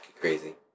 crazy